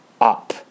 up